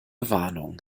warnung